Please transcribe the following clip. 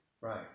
Right